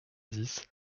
dix